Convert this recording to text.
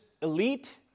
elite